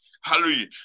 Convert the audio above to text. Hallelujah